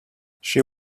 she